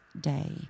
Day